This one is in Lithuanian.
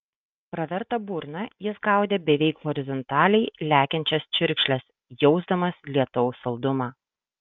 praverta burna jis gaudė beveik horizontaliai lekiančias čiurkšles jausdamas lietaus saldumą